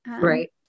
Right